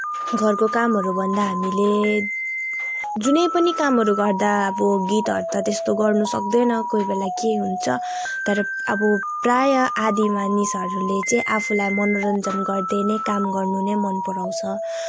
घरको कामहरू भन्दा हामीले जुनै पनि कामहरू गर्दा अब गीतहरू त त्यस्तो गर्न सक्दैन कोहीबेला के हुन्छ तर अब प्रायः आदी मानिसहरूले चाहिँ आफूलाई मनोरञ्जन गर्दै नै काम गर्नु नै मन पराउँछ